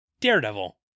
Daredevil